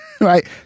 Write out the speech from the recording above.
right